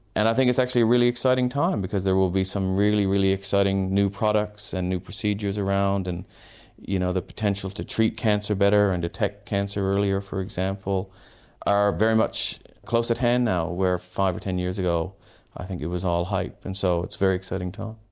and i think it's actually a really exciting time because there will be some really really exciting new products and new procedures around. and you know the potential to treat cancer better and to detect cancer earlier for example are very much close at hand now, where five or ten years ago i think it was all hype. and so it's a very exciting time.